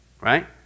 right